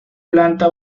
planta